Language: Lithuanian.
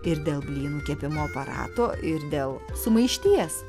ir dėl blynų kepimo aparato ir dėl sumaišties